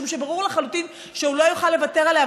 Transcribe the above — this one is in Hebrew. משום שברור לחלוטין שהוא לא יוכל לוותר עליה.